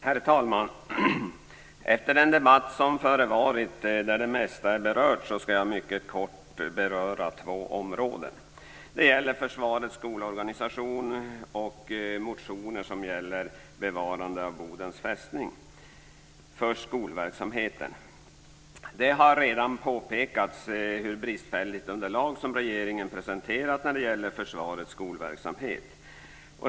Herr talman! Efter den debatt som förevarit där det mesta är sagt skall jag mycket kort beröra två områden. Det gäller försvarets skolorganisation och motioner som gäller bevarande av Bodens fästning. Låt mig först säga något om skolverksamheten. Det har redan påpekats vilket bristfälligt underlag som regeringen presenterat när det gäller försvarets skolverksamhet.